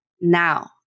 now